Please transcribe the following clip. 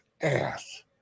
ass